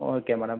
okay madam